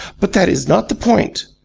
but that is not the point.